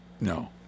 No